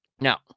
Now